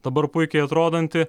dabar puikiai atrodantį